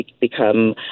become